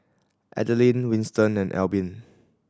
Adaline Winston and Albin